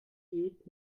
geht